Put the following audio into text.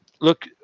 look